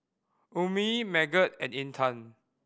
Ummi Megat and Intan